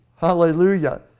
Hallelujah